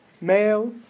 Male